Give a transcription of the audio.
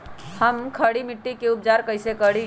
हम खड़ी मिट्टी के उपचार कईसे करी?